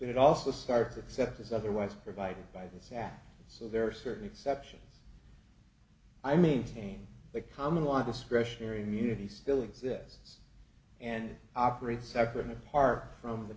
but it also starts except as otherwise provided by this act so there are certain exceptions i maintain the common law discretionary immunity still exists and operate separate and apart from the